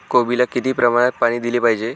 कोबीला किती प्रमाणात पाणी दिले पाहिजे?